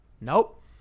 Nope